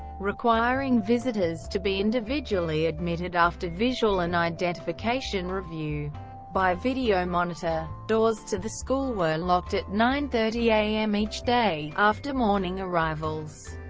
requiring visitors to be individually admitted after visual and identification review by video monitor. doors to the school were locked at nine thirty a m. each day, after morning arrivals.